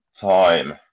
time